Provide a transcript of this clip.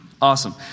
awesome